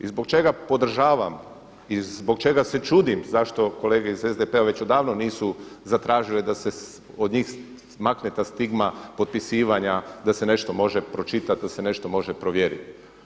I zbog čega podržavam i zbog čega se čudim zašto kolege iz SDP-a već odavno nisu zatražile da se od njih makne ta stigma potpisivanja da se nešto može pročitati, da se nešto može provjeriti.